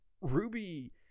ruby